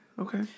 Okay